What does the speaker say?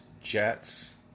Jets